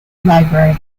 library